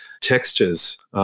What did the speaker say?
textures